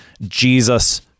Jesus